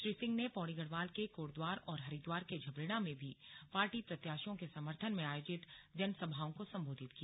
श्री सिंह ने पौड़ी गढ़वाल के कोटद्वार और हरिद्वार के झबरेड़ा में भी पार्टी प्रत्याशियों के समर्थन में आयोजित जनसभाओं को संबोधित किया